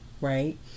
right